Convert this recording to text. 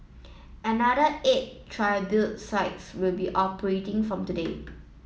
another eight tribute sites will be operating from today